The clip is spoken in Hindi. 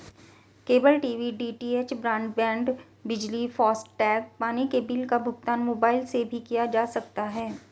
केबल टीवी डी.टी.एच, ब्रॉडबैंड, बिजली, फास्टैग, पानी के बिल का भुगतान मोबाइल से भी किया जा सकता है